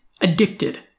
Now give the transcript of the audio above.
addicted